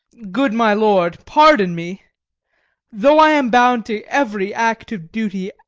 good my lord, pardon me though i am bound to every act of duty,